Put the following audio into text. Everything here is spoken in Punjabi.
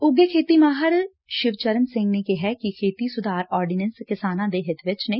ਉਘੇ ਖੇਤੀ ਮਾਹਿਰ ਸ਼ਿਵਚਰਨ ਸਿੰਘ ਨੇ ਕਿਹੈ ਕਿ ਖੇਤੀ ਸੁਧਾਰ ਆਰਡੀਨੈਂਸ ਕਿਸਾਨਾਂ ਦੇ ਹਿੱਤ ਵਿਚ ਨੇ